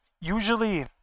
usually